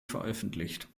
veröffentlicht